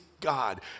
God